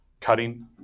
cutting